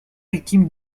victime